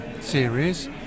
series